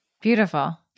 Beautiful